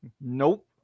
Nope